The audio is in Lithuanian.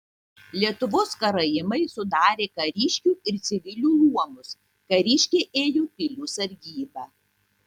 lietuvos karaimai sudarė kariškių ir civilių luomus kariškiai ėjo pilių sargybą